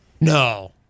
No